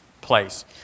place